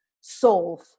solve